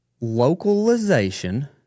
localization